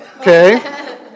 Okay